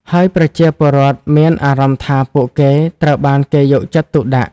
ហើយប្រជាពលរដ្ឋមានអារម្មណ៍ថាពួកគេត្រូវបានគេយកចិត្តទុកដាក់។